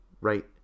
right